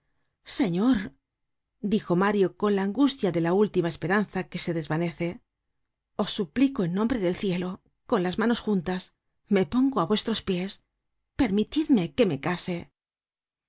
señor dijo mario con la angustia de la última esperanza que se desvanece os suplico en nombre del cielo con las manos juntas me pongo á vuestros pies permitidme que me case